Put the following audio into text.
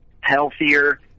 healthier